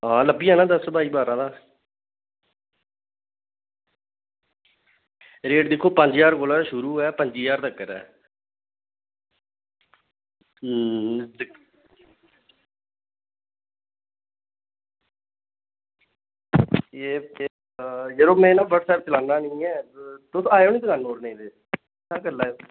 हां लब्भी जाना दस बाय बारां दा रेट दिक्खो पंज ज्हार कोला शुरू ऐ पं'जी ज्हार तगर ऐ ठीक यरो में ना व्हाट्सएप चलान्ना निं ऐ तुस आएओ नी